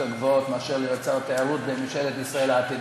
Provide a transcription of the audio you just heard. גבוהות מאשר להיות שר התיירות בממשלת ישראל העתידית,